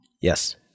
Yes